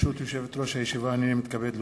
ברשות יושבת-ראש הישיבה, הנני מתכבד להודיע,